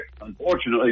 Unfortunately